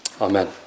Amen